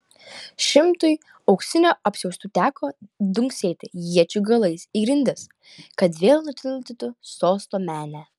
šimtui auksinių apsiaustų teko dunksėti iečių galais į grindis kad vėl nutildytų sosto menę